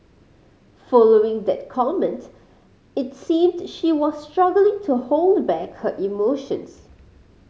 following that comment it seemed she was struggling to hold back her emotions